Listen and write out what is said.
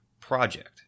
project